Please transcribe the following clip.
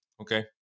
Okay